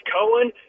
Cohen